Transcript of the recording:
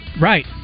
Right